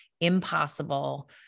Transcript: impossible